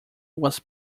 was